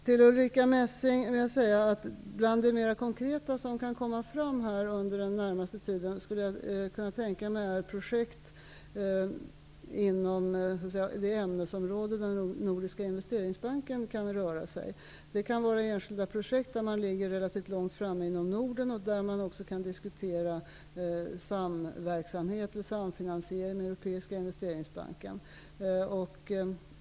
Till Ulrica Messing vill jag säga: Bland det mer konkreta som kan komma fram under den närmaste tiden skulle jag kunna tänka mig projekt inom de ämnesområden där Nordiska investeringsbanken är verksam. Det kan vara enskilda projekt där man inom Norden ligger relativt långt framme och där man också kan diskutera samfinansiering med Europeiska investeringsbanken.